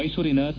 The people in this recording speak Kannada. ಮೈಸೂರಿನ ತಿ